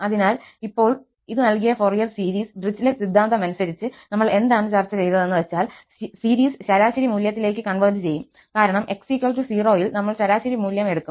അതിനാൽ ഇപ്പോൾ ഇത് നൽകിയ ഫോറിയർ സീരീസ് ഡിറിച്ലെറ്റ് സിദ്ധാന്തമനുസരിച് നമ്മൾ എന്താണ് ചർച്ച ചെയ്തെന്ന് വച്ചാൽ സീരീസ് ശരാശരി മൂല്യത്തിലേക്ക് കൺവെർജ് ചെയ്യും കാരണം x 0 ൽ നമ്മൾ ശരാശരി മൂല്യം എടുക്കും